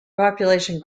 population